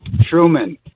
Truman